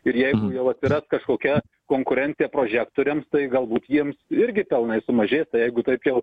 ir jeigu jau atsiras kažkokia konkurencija prožektoriams tai galbūt jiems irgi pelnai sumažės tai jeigu taip jau